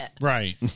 Right